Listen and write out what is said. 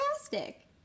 fantastic